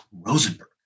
Rosenberg